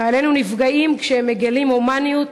חיילינו נפגעים כשהם מגלים הומניות